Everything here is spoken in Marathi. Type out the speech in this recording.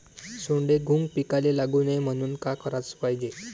सोंडे, घुंग पिकाले लागू नये म्हनून का कराच पायजे?